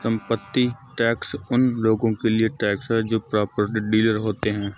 संपत्ति टैक्स उन लोगों के लिए टैक्स है जो प्रॉपर्टी डीलर होते हैं